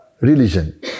religion